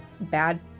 bad